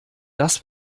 das